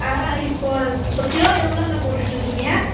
ஆ இப்போது இப்போ கிலோ எவ்வளோங்க போட்டுகிட்டு இருக்கீங்க